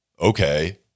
okay